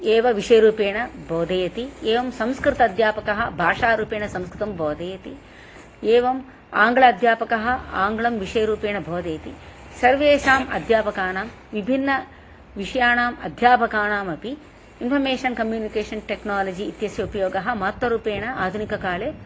एव विषयरूपेण बोधयति एवं संस्कृत अध्यापकः भाषारूपेण संस्कृतं बोधयति एवम् आङ्ग्ळ अध्यापकः आङ्ग्ळं विषयरूपेण बोधयति सर्वेषाम् अध्यापकानां विभिन्नविषयाणाम् अध्यापकाणामपि इन्फ़र्मेषन् कम्युनिकेषन् टेक्नालजि इत्यस्य उपयोगः महत्वरूपेण आधुनिककाले